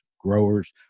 Growers